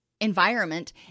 environment